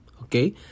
Okay